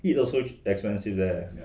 it also expensive eh